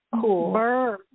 cool